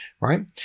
Right